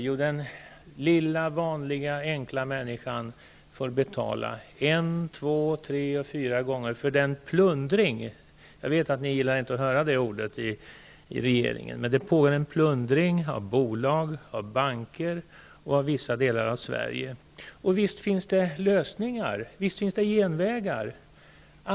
Jo, den lilla, vanliga, enkla människan får betala en, två, tre och fyra gånger för den plundring -- jag vet att ni i regeringen inte tycker om det ordet -- som pågår av bolag, av banker och av vissa delar av Sverige. Visst finns det lösningar och genvägar.